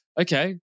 okay